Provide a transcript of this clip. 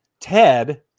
Ted